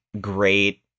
great